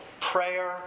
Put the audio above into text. Prayer